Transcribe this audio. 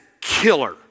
killer